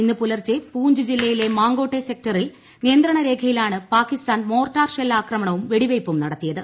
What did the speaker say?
ഇന്ന് പുലർച്ചെ പൂഞ്ച് ജില്ലയിലെ മങ്കോട്ടെ സെക്ടറിൽ നിയന്ത്രണ രേഖയിലാണ് പാകിസ്ഥാൻ മോർട്ടാർ ഷെല്ലാക്രമണവും വെടിവെയ്പ്പും നടത്തിയത്